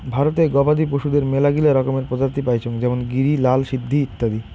ভারতে গবাদি পশুদের মেলাগিলা রকমের প্রজাতি পাইচুঙ যেমন গিরি, লাল সিন্ধি ইত্যাদি